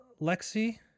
Lexi